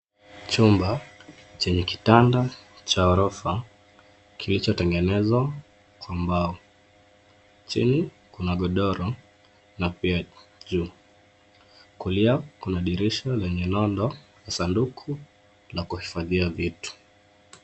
Chumba chenye kitanda cha orofa kilichotegenezwa kwa mbao. Chini kuna godoro na pia juu. Kulia kuna dirisha lenye nondo na sanduku la kuhifadhia vitu.